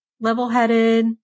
level-headed